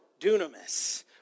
dunamis